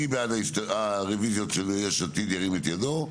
מי בעד הרוויזיות ירים את ידו.